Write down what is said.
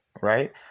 right